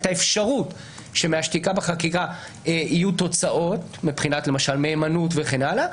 את האפשרות שמהשתיקה בחקירה יהיו תוצאות מבחינת למשל מהימנות וכן הלאה,